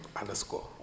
underscore